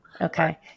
Okay